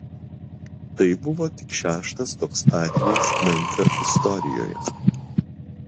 tai buvo tik šeštas toks atvejis memfio istorijoje